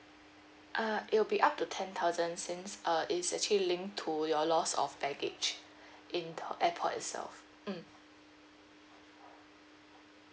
uh it will be up to ten thousand since uh it's actually linked to your loss of baggage in the airport itself mm